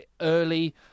early